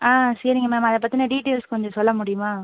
சரிங்க மேம் அதைப் பற்றின டீட்டெய்ல்ஸ் கொஞ்சம் சொல்ல முடியுமா